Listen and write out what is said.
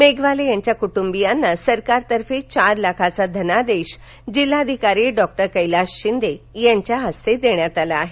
मेघवाले यांच्या कुटुंबियांना सरकारतर्फे चार लाखांचा धनादेश जिल्हाधिकारी डॉक्टर कैलास शिंदे यांच्या हस्ते देण्यात आला आहे